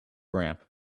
ramp